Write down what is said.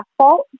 asphalt